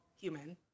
human